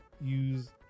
use